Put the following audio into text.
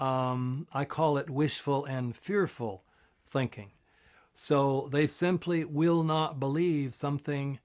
i call it wishful and fearful thinking so they simply will not believe something